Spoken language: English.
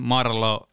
Marlo